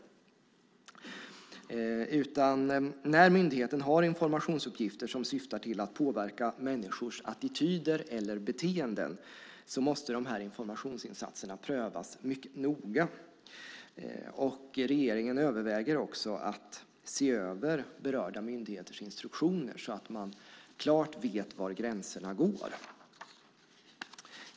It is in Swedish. När myndigheten har informationsuppgifter som syftar till att påverka människors attityder eller beteenden måste de här informationsinsatserna prövas mycket noga. Regeringen överväger också att se över berörda myndigheters instruktioner så att man klart vet var gränserna går.